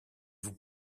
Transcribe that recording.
vous